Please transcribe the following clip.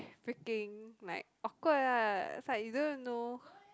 freaking like awkward lah is like you don't know